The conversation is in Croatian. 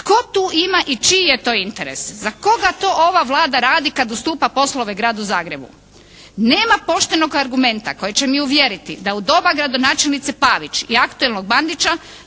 Tko tu ima i čiji je to interes? Za koga to ova Vlada radi kad ustupa poslove Gradu Zagrebu? Nema poštenog argumenta koji će me uvjeriti da u doba gradonačelnice Pavić i aktuelnog Bandića